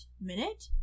minute